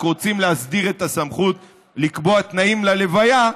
רק רוצים להסדיר את הסמכות לקבוע תנאים ללוויה,